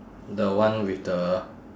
the one with the